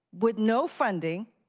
with no funding,